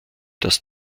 das